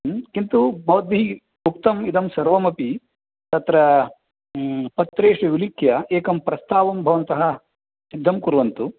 किन्तु भवद्भिः उक्तम् इदं सर्वमपि तत्र पत्रेषु विलिख्य एकं प्रस्तावं भवन्तः सिद्धं कुर्वन्तु